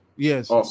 Yes